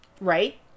Right